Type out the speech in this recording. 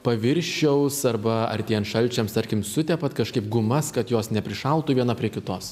paviršiaus arba artėjant šalčiams tarkim sutepat kažkaip gumas kad jos neprišaltų viena prie kitos